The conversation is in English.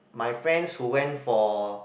my friends who went for